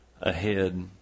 ahead